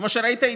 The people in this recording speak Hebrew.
כמו שראית,